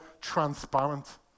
transparent